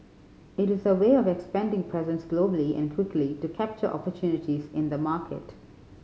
it is a way of expanding presence globally and quickly to capture opportunities in the market